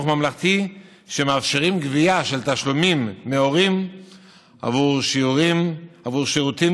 ממלכתי שמאפשרים גבייה של תשלומים מהורים עבור שירותים